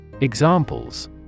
Examples